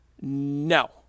no